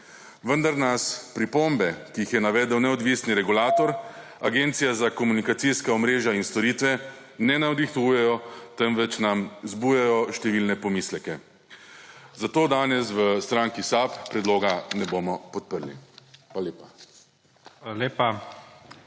Vendar nas pripombe, ki jih je navedel neodvisni regulator – Agencija za komunikacijska omrežja in storitve – ne navdihujejo, temveč nam vzbujajo številne pomisleke. Zato danes v stranki SAB predloga ne bomo podprli. Hvala lepa.